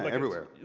like everywhere.